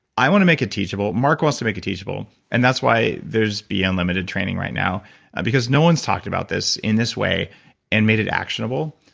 i want to make it teachable. mark wants to make it teachable. and that's why there's be unlimited training right now because no one's talked about this in this way and made it actionable.